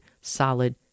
solid